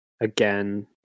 again